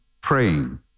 praying